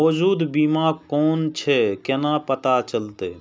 मौजूद बीमा कोन छे केना पता चलते?